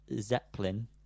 Zeppelin